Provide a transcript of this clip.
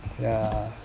ya